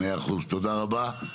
מאה אחוז, תודה רבה.